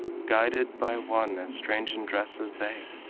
guided by one as strange in dress as they,